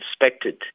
inspected